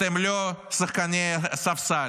אתם לא שחקן ספסל,